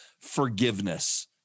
forgiveness